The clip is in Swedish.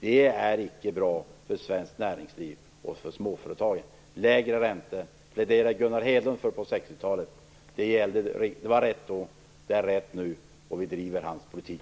Det är icke bra för svenskt näringsliv och för småföretagen. Gunnar Hedlund pläderade för lägre räntor på 60-talet. Det var rätt då, det är rätt nu och vi driver hans politik.